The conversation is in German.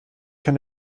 kann